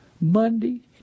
Monday